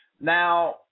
Now